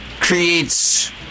creates